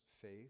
faith